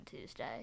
Tuesday